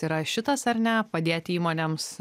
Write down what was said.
tai yra šitas ar ne padėti įmonėms